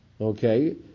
Okay